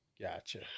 Gotcha